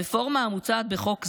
הרפורמה המוצעת בחוק זה,